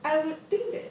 I would think that